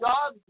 God